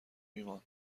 ایمان